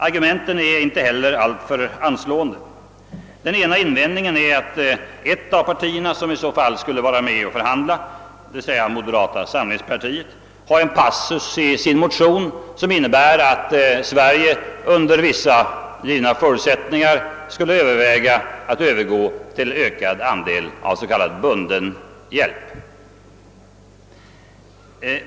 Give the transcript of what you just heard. Argumenten härför är inte heller alltför anslående. En av invändningarna är att ett av de partier som i så fall skulle vara med och förhandla, moderata samlingspartiet, har i årets motion en passus som innebär att Sverige under vissa givna förutsättningar skulle överväga att gå över till en ökad andel av s.k. bunden hjälp.